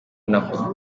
nako